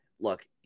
look